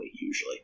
usually